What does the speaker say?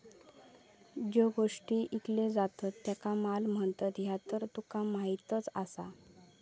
ज्यो गोष्टी ईकले जातत त्येंका माल म्हणतत, ह्या तर तुका माहीतच आसा